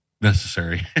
necessary